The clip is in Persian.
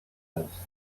است